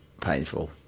painful